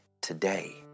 today